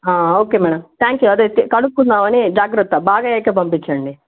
okay madam thank you అదే కనుక్కుందాం అని జాగ్రత్త బాగు అయ్యాకే పంపించండి